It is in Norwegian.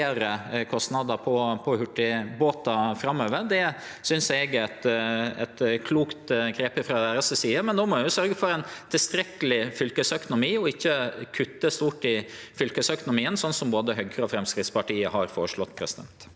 kostnader på hurtigbåtar framover, og det synest eg er eit klokt grep frå deira side. Då må ein sørgje for ein tilstrekkeleg fylkesøkonomi og ikkje kutte stort i fylkesøkonomien, slik både Høgre og Framstegspartiet har føreslått. Presidenten